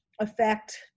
affect